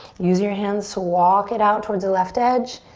use your hands to walk it out towards the left edge.